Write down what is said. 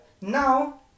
now